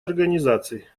организаций